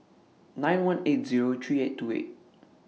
nine one eight Zero three eight two eight